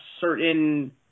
certain –